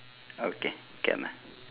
okay can ah